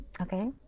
Okay